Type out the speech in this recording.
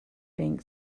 bank